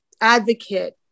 advocate